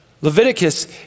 Leviticus